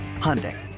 Hyundai